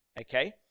okay